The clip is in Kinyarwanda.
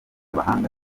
bahanga